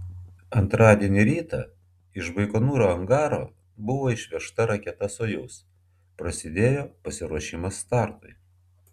antradienį rytą iš baikonūro angaro buvo išvežta raketa sojuz prasidėjo pasiruošimas startui